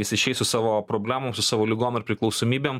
jis išeis su savo problemom su savo ligom ir priklausomybėm